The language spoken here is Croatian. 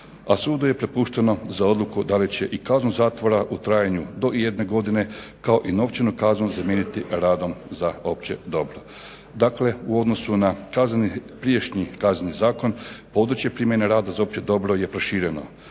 sudu je prepušteno za odluku da li će i kaznu zatvora u trajanju do jedne godine kao i novčanu kaznu zamijeniti radom za opće dobro. Dakle, u odnosu na prijašnji Kazneni zakon područje primjene rada za opće dobro je prošireno,